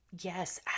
Yes